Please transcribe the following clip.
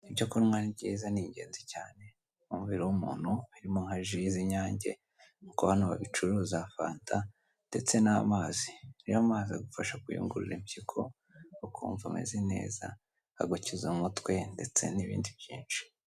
Ibyo kunywa ni byiza ni ingenzi cyane mu mubiri w'umuntu harimo nka ji z'inyange kuko hano babicuruza fanta ndetse n'amazi, rero amazi agufasha kuyungururira impyiko ukumva ameze neza akagukiza umutwe ndetse n'ibindi byinshi.